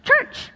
Church